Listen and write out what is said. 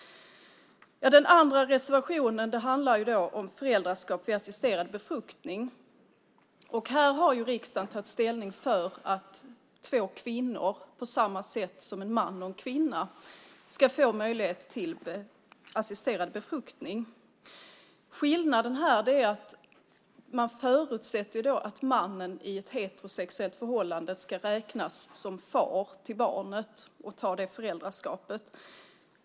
Den andra reservationen handlar om föräldraskap vid assisterad befruktning. Här har riksdagen tagit ställning för att två kvinnor på samma sätt som en man och en kvinna ska få möjlighet till assisterad befruktning. Skillnaden är att man förutsätter att mannen i ett heterosexuellt förhållande ska räknas som far till barnet och ta det föräldraskapet.